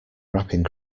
wrapping